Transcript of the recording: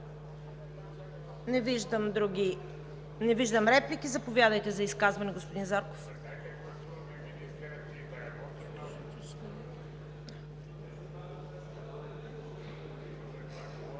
Не виждам реплики. Заповядайте за изказване, господин Зарков.